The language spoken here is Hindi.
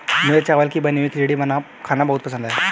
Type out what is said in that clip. मुझे चावल की बनी हुई खिचड़ी खाना बहुत पसंद है